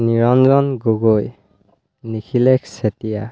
Niranjan Gogoi Nikhilekh Chetia